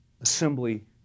assembly